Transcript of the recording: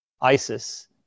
ISIS